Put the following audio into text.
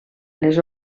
les